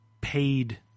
paid